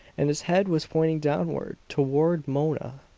and his head was pointing downward, toward mona.